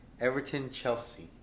Everton-Chelsea